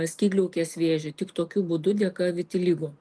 skydliaukės vėžį tik tokiu būdu dėka vitiligo